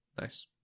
Nice